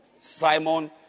Simon